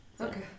Okay